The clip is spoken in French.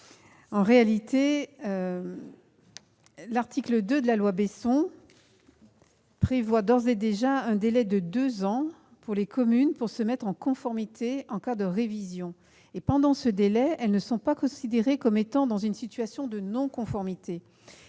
satisfaite : l'article 2 de la loi Besson prévoit d'ores et déjà un délai de deux ans pour laisser aux communes le temps de se mettre en conformité en cas de révision. Pendant ce délai, elles ne sont pas considérées comme étant dans une situation de non-conformité.